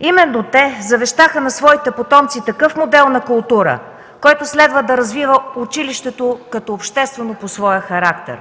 Именно те завещаха на своите потомци такъв модел на култура, който следва да развива училището като обществено по своя характер,